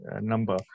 number